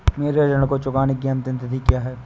मेरे ऋण को चुकाने की अंतिम तिथि क्या है?